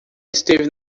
esteve